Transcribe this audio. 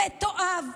מתועב,